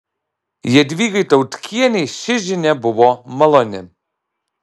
jadvygai tautkienei ši žinia buvo maloni